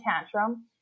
tantrum